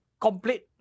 complete